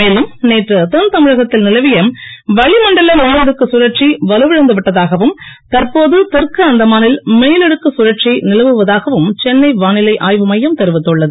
மேலும் நேற்று தென் தமிழகத்தில் நிலவிய வளி மண்டல மேலடுக்கு சழற்சி வலுவிழந்து விட்டதாகவும் தற்போது தெற்கு அந்தமானில் மேலடுக்கு கழற்சி நிலவுவதாகவும் சென்னை வானிலை ஆய்வுமையம் தெரிவித்துள்ளது